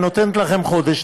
אני נותנת לכם חודש,